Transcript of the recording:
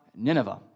Nineveh